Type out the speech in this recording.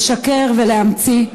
לשקר ולהמציא?